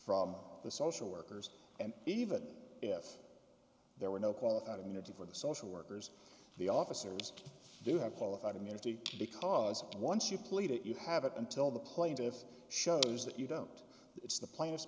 from the social workers and even if there were no qualified immunity for the social workers the officers do have qualified immunity because once you plead it you have it until the plaintiff shows that you don't it's the plaint